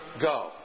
go